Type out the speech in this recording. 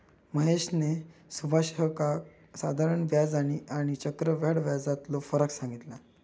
महेशने सुभाषका साधारण व्याज आणि आणि चक्रव्याढ व्याजातलो फरक सांगितल्यान